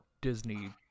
Disney